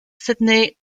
sydney